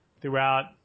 throughout